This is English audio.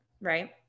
right